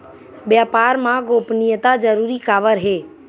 व्यापार मा गोपनीयता जरूरी काबर हे?